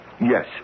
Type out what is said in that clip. Yes